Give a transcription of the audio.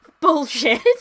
Bullshit